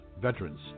Veterans